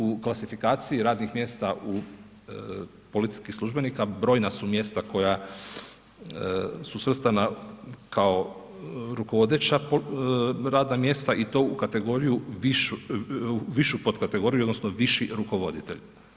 U klasifikaciji radnih mjesta policijskih službenika, brojna su mjesta koja su svrstana kao rukovodeća radna mjesta i to u kategoriju višu potkategoriju, odnosno viši rukovoditelj.